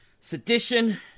Sedition